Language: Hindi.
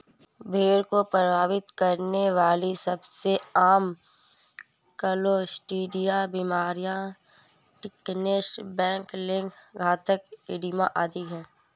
भेड़ को प्रभावित करने वाली सबसे आम क्लोस्ट्रीडिया बीमारियां टिटनेस, ब्लैक लेग, घातक एडिमा आदि है